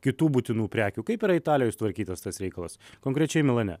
kitų būtinų prekių kaip yra italijoj sutvarkytas tas reikalas konkrečiai milane